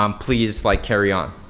um please like carry on.